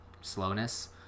slowness